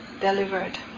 delivered